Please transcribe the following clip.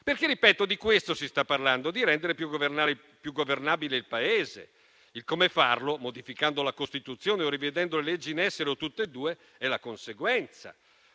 che di questo si sta parlando: di rendere più governabile il Paese. Come farlo, modificando la Costituzione, rivedendo le leggi in essere o tutte e due, ne è la conseguenza.